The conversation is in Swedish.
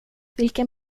vilken